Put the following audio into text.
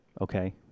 Okay